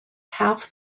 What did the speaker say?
half